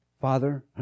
Father